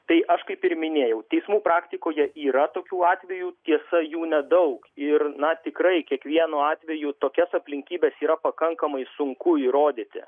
tai aš kaip ir minėjau teismų praktikoje yra tokių atvejų tiesa jų nedaug ir na tikrai kiekvienu atveju tokias aplinkybes yra pakankamai sunku įrodyti